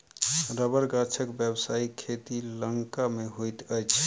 रबड़ गाछक व्यवसायिक खेती लंका मे होइत अछि